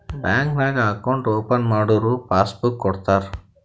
bank ನಾಗ್ account open ಮಾಡುರ್ passbook ಕೊಡ್ತಾರ